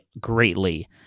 greatly